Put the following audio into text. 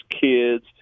kids